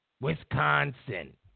Wisconsin